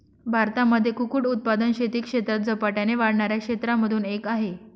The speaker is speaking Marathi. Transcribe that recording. भारतामध्ये कुक्कुट उत्पादन शेती क्षेत्रात झपाट्याने वाढणाऱ्या क्षेत्रांमधून एक आहे